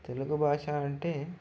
తెలుగు భాష అంటే